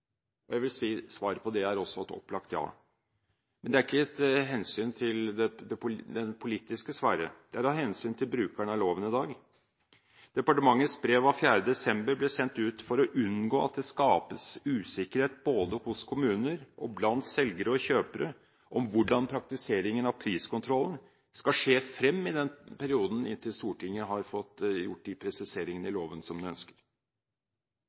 lenge? Jeg vil si at svaret på det er også et opplagt ja. Men det er ikke av hensyn til den politiske sfære, det er av hensyn til brukerne av loven i dag. Departementets brev av 4. desember ble sendt ut for å unngå at det skapes usikkerhet i kommuner og blant selgere og kjøpere om hvordan praktiseringen av priskontrollen skal skje frem til Stortinget har fått gjort de presiseringene i loven som en ønsker.